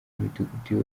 midugudu